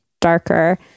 darker